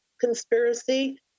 conspiracy